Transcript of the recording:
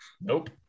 Nope